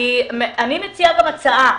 אני מציעה גם הצעה: